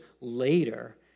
later